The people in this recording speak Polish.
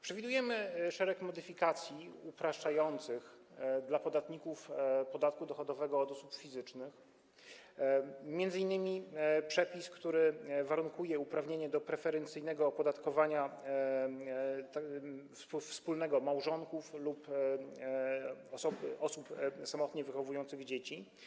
Przewidujemy szereg modyfikacji upraszczających dla podatników podatku dochodowego od osób fizycznych, m.in. przepis, który warunkuje uprawnienie do preferencyjnego opodatkowania wspólnego małżonków lub osób samotnie wychowujących dzieci.